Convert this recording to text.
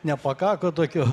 nepakako tokių